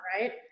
right